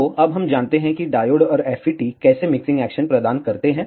तो अब हम जानते हैं कि डायोड और FET कैसे मिक्सिंग एक्शन प्रदान करते हैं